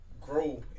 grow